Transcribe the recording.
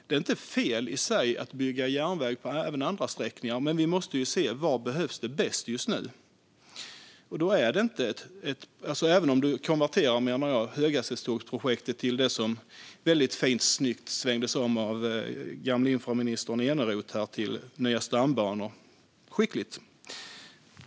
Det är inte fel i sig att bygga järnväg på andra sträckningar, men vi måste se var det behövs bäst just nu. Man kan prata om höghastighetstågprojektet och väldigt snyggt svänga om det till nya stambanor, som den gamle infrastrukturministern Eneroth gjorde. Det var skickligt.